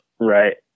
Right